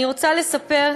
אני רוצה לספר,